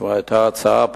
כבר היתה הצעה,